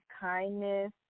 kindness